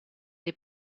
dei